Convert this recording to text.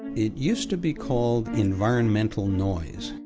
it used to be called environmental noise,